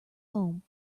home